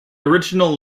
original